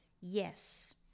Yes